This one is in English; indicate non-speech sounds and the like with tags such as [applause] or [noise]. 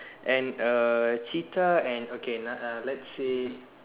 and a cheetah and okay [noise] lets say